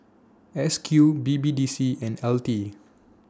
S Q B B D C and L T